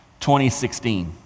2016